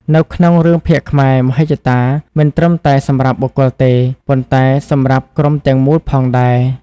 នៅក្នុងរឿងភាគខ្មែរ មហិច្ឆតា មិនត្រឹមតែសម្រាប់បុគ្គលទេ ប៉ុន្តែសម្រាប់ ក្រុមទាំងមូលផងដែរ។